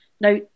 Now